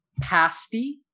pasty